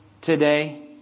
today